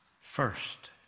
first